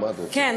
כן,